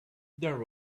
there